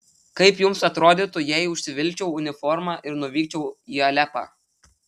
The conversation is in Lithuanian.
kaip jums atrodytų jei užsivilkčiau uniformą ir nuvykčiau į alepą